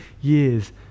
years